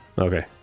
Okay